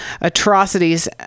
atrocities